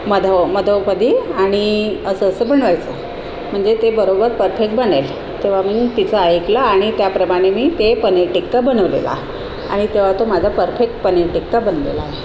मधो मधोमधी आणि असं असं बनवायचं म्हणजे ते बरोबर परफेक्ट बनेल तेव्हा मी तिचं ऐकलं आणि त्याप्रमाणे मी ते पनीर टिक्का बनवलेला आहे आणि तेव्हा तो माझा परफेक्ट पनीर टिक्का बनलेला आहे